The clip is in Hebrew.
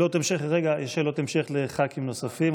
יש שאלות המשך לח"כים נוספים,